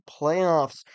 playoffs